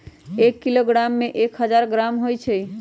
एक किलोग्राम में एक हजार ग्राम होई छई